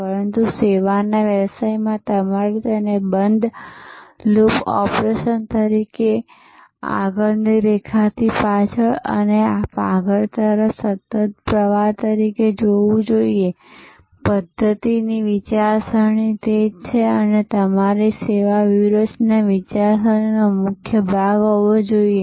પરંતુ સેવાના વ્યવસાયમાં તમારે તેને બંધ લૂપ ઓપરેશન તરીકે આગળની રેખાથી પાછળ અને આગળ તરફ સતત પ્રવાહ તરીકે જોવું જોઈએપધ્ધતિની વિચારસરણી તે જ છે અને તે તમારી સેવા વ્યૂહરચના વિચારસરણીનો મુખ્ય ભાગ હોવો જોઈએ